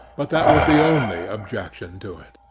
but that was the only objection to it.